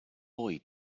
boy